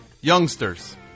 youngsters